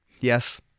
Yes